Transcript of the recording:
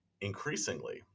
increasingly